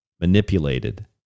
manipulated